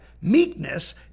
meekness